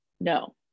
no